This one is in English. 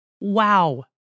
Wow